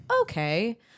okay